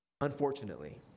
Unfortunately